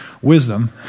wisdom